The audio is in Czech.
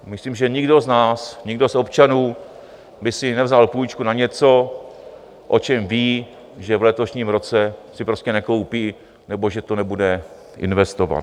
Myslím, že nikdo z nás, nikdo z občanů by si nevzal půjčku na něco, o čem ví, že v letošním roce si prostě nekoupí nebo že to nebude investovat.